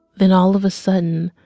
then, all of a sudden,